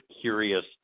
curious